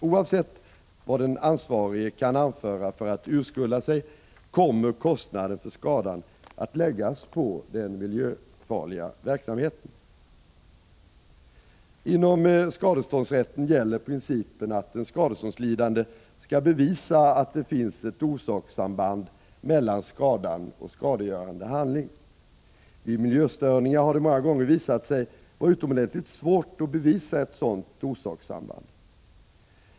Oavsett vad den ansvarige kan anföra för att urskulda sig, kommer kostnaden för skadan att läggas på den miljöfarliga verksamheten. Inom skadeståndsrätten gäller principen att den skadelidande skall bevisa att det finns ett orsakssamband mellan skadan och en skadegörande handling. Vid miljöstörningar har det många gånger visat sig vara utomordentligt svårt att bevisa ett sådant orsakssamband.